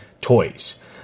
toys